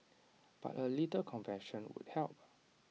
but A little compassion would help